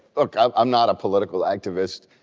i'm not a political activist.